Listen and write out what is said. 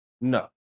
no